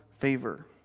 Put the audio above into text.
favor